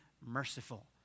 merciful